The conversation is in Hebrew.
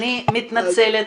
אני מתנצלת,